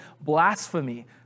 blasphemy